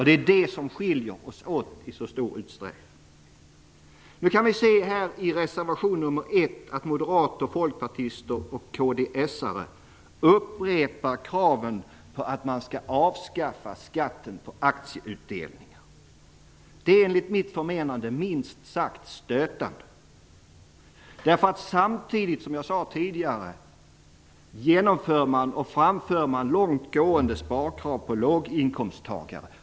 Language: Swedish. Det är det som skiljer oss åt i så stor utsträckning. Nu kan vi se i reservation nr 1 att moderater, folkpartister och kds:are upprepar kraven på att man skall avskaffa skatten på aktieutdelning. Det är, enligt mitt förmenande, minst sagt stötande. Samtidigt framför man långt gående sparkrav på låginkomsttagare.